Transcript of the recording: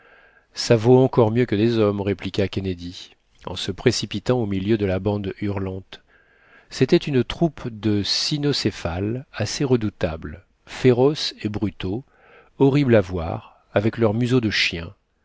ça vaut encore mieux que des hommes répliqua kennedy en se précipitant au milieu de la bande hurlante c'était une troupe de cynocéphales assez redoutables féroces et brutaux horribles à voir avec leurs museaux de chien